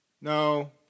no